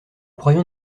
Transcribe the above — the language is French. croyons